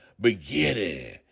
Beginning